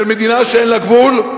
של מדינה שאין לה גבול,